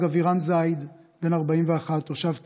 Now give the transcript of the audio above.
נהרג אבירם זייד, בן 41, תושב צפת,